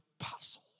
apostle